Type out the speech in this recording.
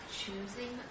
choosing